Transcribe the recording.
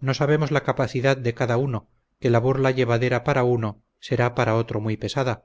no sabemos la capacidad de cada uno que la burla llevadera para uno será para otro muy pesada